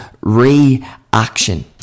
reaction